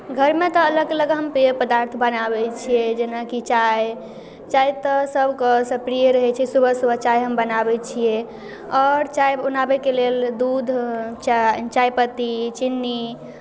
घरमे तऽ अलग अलग हम पेय पदार्थ बनाबै छियै जेनाकि चाय चाय तऽ सभके प्रिय रहै छै सुबह सुबह चाय हम बनाबै छियै आओर चाय बनाबैके लेल दूध चाय चायपत्ती चीनी